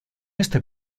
este